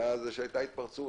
שהיתה התפרצות.